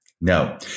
No